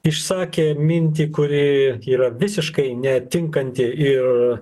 išsakė mintį kuri yra visiškai netinkanti ir